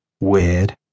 Weird